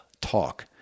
talk